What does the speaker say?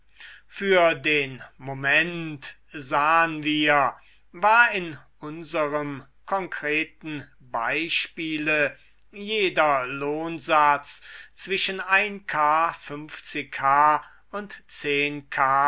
für den moment sahen wir war in unserem konkreten beispiele jeder lohnsatz zwischen k h und